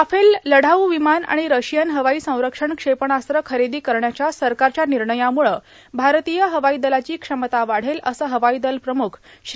Rafale लढाऊ विमान आणि रशियन हवाई संरक्षण क्षेपणास्त्र खरेदी करण्याच्या सरकारच्या निर्णयामुळं भारतीय हवाई दलाची क्षमता वाढेल असं हवाई दल प्रमुख श्री